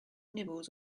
nibbles